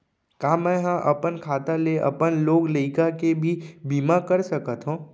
का मैं ह अपन खाता ले अपन लोग लइका के भी बीमा कर सकत हो